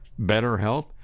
BetterHelp